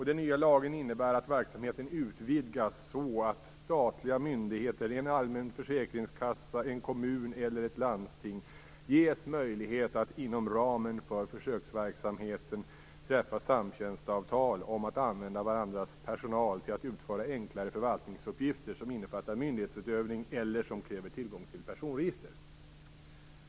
Den nya lagen innebär att verksamheten utvidgas så, att statliga myndigheter, en allmän försäkringskassa, en kommun eller ett landsting ges möjlighet att inom ramen för försöksverksamheten träffa samtjänstavtal om att använda varandras personal till att utföra enklare förvaltningsuppgifter som innefattar myndighetsutövning eller som kräver tillgång till personregister.